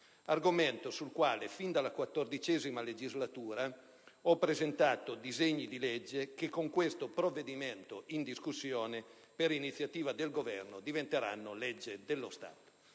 argomento sul quale, fin dalla XIV legislatura, ho presentato disegni di legge che, con questo provvedimento in discussione, per iniziativa del Governo diventeranno legge dello Stato.